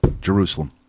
Jerusalem